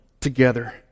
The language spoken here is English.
together